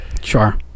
Sure